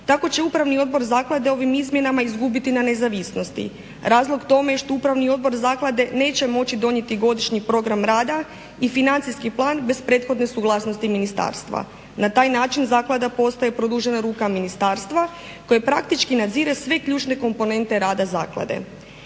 Tako će upravni odbor zaklade ovim izmjenama izgubiti na nezavisnosti. Razlog tome je što upravni odbor zaklade neće moći donijeti godišnji program rada i financijski plan bez prethodne suglasnosti ministarstva. Na taj način zaklada postaje produžena ruka ministarstva koje praktički nadzire sve ključne komponente rada zaklade.